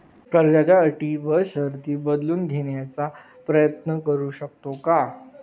कर्जाच्या अटी व शर्ती बदलून घेण्याचा प्रयत्न करू शकतो का?